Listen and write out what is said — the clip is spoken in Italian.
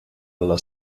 alla